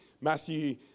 Matthew